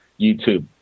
YouTube